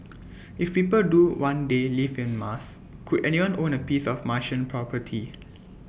if people do one day live on Mars could anyone own A piece of Martian property